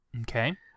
Okay